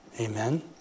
Amen